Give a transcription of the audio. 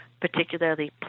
particularly